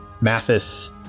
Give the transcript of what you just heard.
Mathis